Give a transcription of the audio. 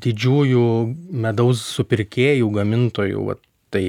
didžiųjų medaus supirkėjų gamintojų vat tai